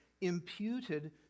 imputed